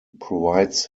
provides